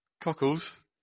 Cockles